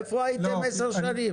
איפה הייתם עשר שנים?